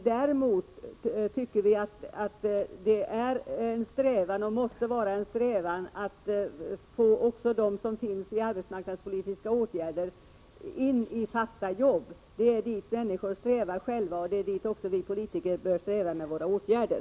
Däremot tycker vi att man måste sträva efter att ge även dem som är föremål för arbetsmarknadspolitiska åtgärder fasta jobb. Det är detta människor strävar efter, och detta bör även vi politiker sträva efter.